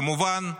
כמובן,